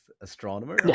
astronomer